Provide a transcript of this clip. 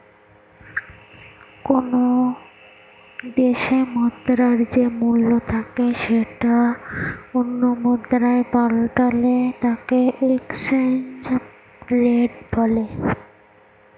কোনো দেশে মুদ্রার যে মূল্য থাকে সেটা অন্য মুদ্রায় পাল্টালে তাকে এক্সচেঞ্জ রেট বলে